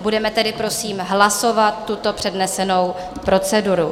Budeme tedy prosím hlasovat tuto přednesenou proceduru.